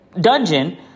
dungeon